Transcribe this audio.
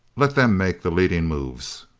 let them make the leading moves.